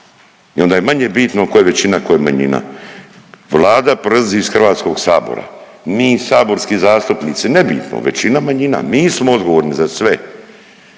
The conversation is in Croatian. i onda je manje bitno ko je većina ko je manjina. Vlada proizlazi iz HS-a, mi saborski zastupnici, nebitno većina, manjina mi smo odgovorni za sve.